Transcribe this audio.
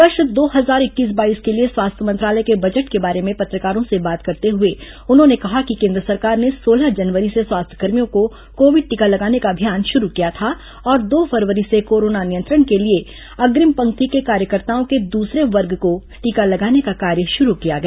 वर्ष दो हजार इक्कीस बाईस के लिए स्वास्थ्य मंत्रालय के बजट के बारे में पत्रकारों से बात करते हुए उन्होंने कहा कि केंद्र सरकार ने सोलह जनवरी से स्वास्थ्यकर्मियों को कोविड टीका लगाने का अभियान शुरू किया था और दो फरवरी से कोरोना नियंत्रण के लिए अग्रिम पंक्ति के कार्यकर्ताओं के दूसरे वर्ग को टीका लगाने का कार्य शुरू किया गया